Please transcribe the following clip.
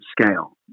scale